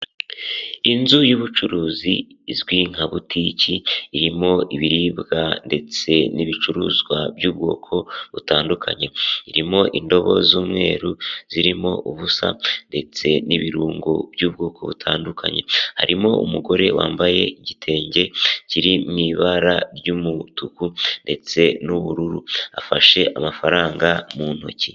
Inzu y'ubucuruzi izwi nka butiki, irimo ibiribwa ndetse n'ibicuruzwa by'ubwoko butandukanye, irimo indobo z'umweru zirimo ubusa, ndetse n'ibirungo by'ubwoko butandukanye, harimo umugore wambaye igitenge kiriw'ibara ry'umutuku ndetse n'ubururu, afashe amafaranga mu ntoki.